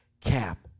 cap